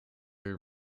uur